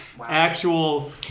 actual